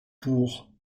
pour